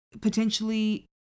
potentially